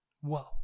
Whoa